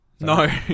No